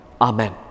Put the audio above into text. Amen